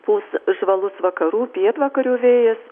pūs žvalus vakarų pietvakarių vėjas